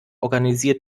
organisiert